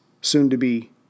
soon-to-be